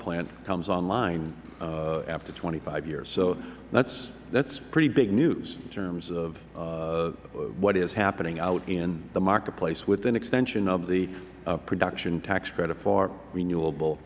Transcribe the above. plant comes online after twenty five years so that's pretty big news in terms of what is happening out in the marketplace with an extension of the production tax credit for renewable